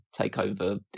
takeover